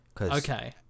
Okay